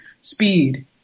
speed